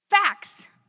Facts